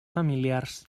familiars